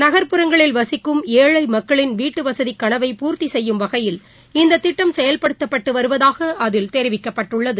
நகர்புறங்களில் வசிக்கும் ஏழைமக்களின் வீட்டுவசதிகளவை பூர்த்திசெய்யும் வகையில் இந்ததிட்டம் செயல்படுத்தப்பட்டுவருவதாகஅதில் தெரிவிக்கப்பட்டுள்ளது